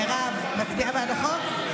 מירב, את מצביעה בעד החוק?